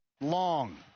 long